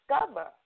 discover